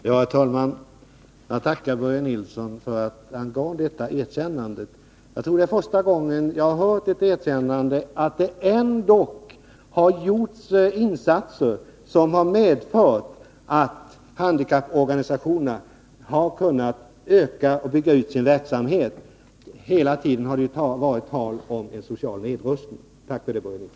Herr talman! Jag tackar Börje Nilsson för att han gav detta erkännande. Jag tror det är första gången jag hört erkännandet att det ändå har gjorts insatser som medfört att handikapporganisationerna har kunnat öka och bygga ut sin verksamhet. Det har hela tiden varit tal om en social nedrustning. Tack för det, Börje Nilsson.